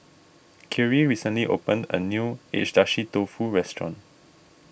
Khiry recently opened a new Agedashi Dofu restaurant